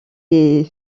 des